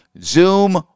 Zoom